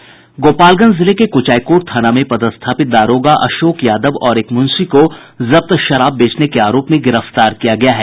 गोपालगंज जिले के कुचायकोट थाना में पदस्थापित दारोगा अशोक यादव और एक मुंशी को जब्त शराब बेचने के आरोप में गिरफ्तार किया गया है